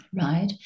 right